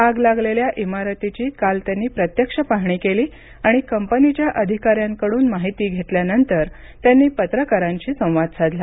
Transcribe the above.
आग लागलेल्या इमारतीची काल त्यांनी प्रत्यक्ष पाहणी केली आणि कंपनीच्या अधिकाऱ्यांकडून माहिती घेतल्यानंतर त्यांनी पत्रकारांशी संवाद साधला